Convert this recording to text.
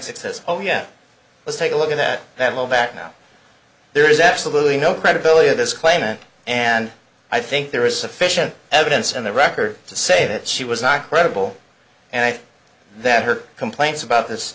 c says oh yeah let's take a look at that that low back now there is absolutely no credibility to this claimant and i think there is sufficient evidence in the record to say that she was not credible and that her complaints about this